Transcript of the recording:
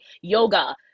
yoga